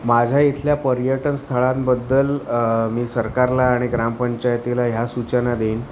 माझ्या इथल्या पर्यटनस्थळांबद्दल मी सरकारला आणि ग्रामपंचायतीला ह्या सूचना देईन